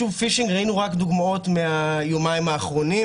שוב, ראינו דוגמאות מהיומיים האחרונים